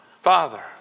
Father